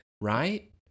right